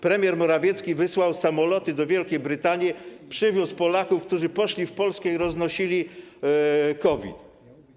Premier Morawiecki wysłał samoloty do Wielkiej Brytanii, przywiózł Polaków, którzy poszli w Polskę i roznosili COVID.